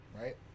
right